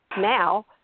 now